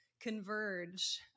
converge